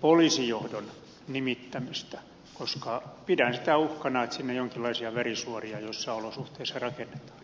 poliisijohdon nimittämistä koska pidän sitä uhkana että sinne jonkinlaisia värisuoria joissakin olosuhteissa rakennetaan